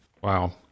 Wow